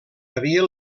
havia